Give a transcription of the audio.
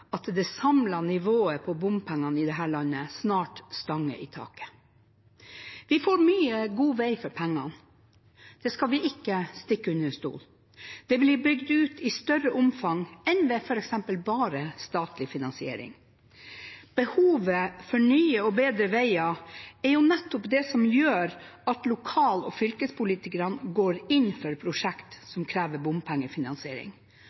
at det samlede nivået på bompenger i dette landet snart stanger i taket. Vi får mye god vei for pengene, det skal vi ikke stikke under stol. Det blir bygd ut i større omfang enn f.eks. bare ved statlig finansiering. Behovet for nye og bedre veier er nettopp det som gjør at lokal- og fylkespolitikerne går inn for prosjekt